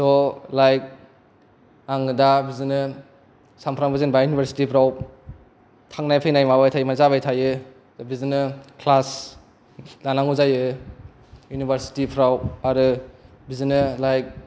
स' लायक आङो दा बिदिनो सामफ्रोमबो जेन'बा इउनिभाारसिटि फ्राव थांनाय फैनाय माबाबाय थायो जाबाय थायो बिदिनो क्लास लानांगौ जायो इउनिभारसिटि फ्राराव आरो बिदिनो लाइक